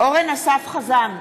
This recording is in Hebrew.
אורן אסף חזן,